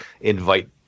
invite